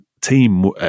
team